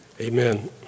Amen